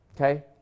Okay